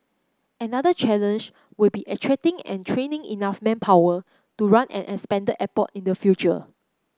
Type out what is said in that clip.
another challenge will be attracting and training enough manpower to run an expanded airport in the future